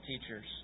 teachers